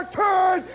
turn